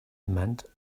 meant